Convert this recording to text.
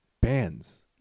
bands